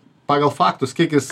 pagal faktus kiek jis